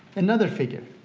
another figure.